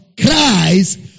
Christ